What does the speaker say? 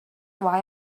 why